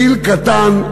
דיל קטן,